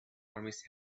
armies